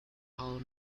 owl